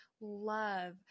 love